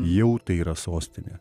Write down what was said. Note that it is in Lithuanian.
jau tai yra sostinė